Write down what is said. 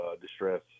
distress